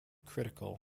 critical